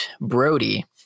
Brody